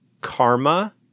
karma